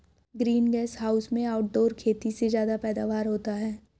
green gas house में outdoor खेती से ज्यादा पैदावार होता है